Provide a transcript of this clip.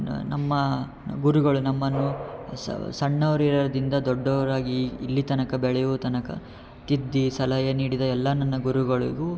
ನ ನಮ್ಮ ಗುರುಗಳು ನಮ್ಮನ್ನು ಸಣ್ಣವ್ರು ಇರೋದಿಂದ ದೊಡ್ಡವರಾಗಿ ಇಲ್ಲಿ ತನಕ ಬೆಳೆಯೋ ತನಕ ತಿದ್ದಿ ಸಲಹೆ ನೀಡಿದ ಎಲ್ಲಾ ನನ್ನ ಗುರುಗಳಿಗೂ